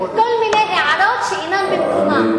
עם כל מיני הערות שאינן במקומן.